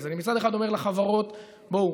אז אני מצד אחד אומר לחברות: בואו,